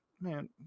Man